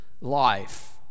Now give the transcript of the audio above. life